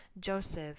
joseph